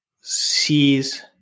sees